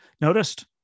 noticed